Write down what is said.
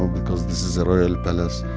and because this is a royal palace.